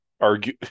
argue